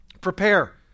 prepare